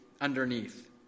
underneath